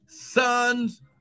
Sons